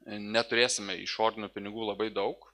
neturėsime išorinių pinigų labai daug